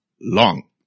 long